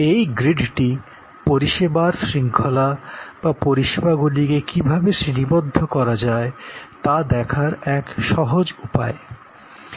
এই গ্রিডটি পরিষেবার শৃঙ্খলা বা পরিষেবাগুলিকে কীভাবে শ্রেণিবদ্ধ করা যায় তা দেখার এক সহজ উপায়